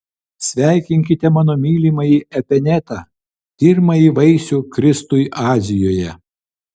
sveikinkite mano mylimąjį epenetą pirmąjį vaisių kristui azijoje